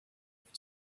with